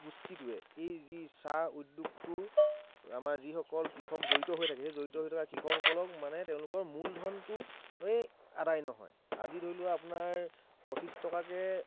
গোষ্ঠীটোৱে এই যি চাহ উদ্যোগটো আমাৰ যিসকল কৃষক জড়িত হৈ থাকে সেই জড়িত হৈ থকা কৃষকসকলক মানে তেওঁলোকৰ মূলধনটোৱে আদায় নহয় আজি ধৰি লোৱা আপোনাৰ পঁচিছ টকাকৈ